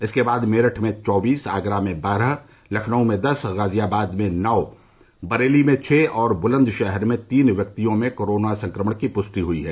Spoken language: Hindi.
इसके बाद मेरठ में चौबीस आगरा में बारह लखनऊ में दस गाजियाबाद में नौ बरेली में छः और बुलन्दशहर में तीन व्यक्तियों में कोरोना संक्रमण की पुष्टि हुई है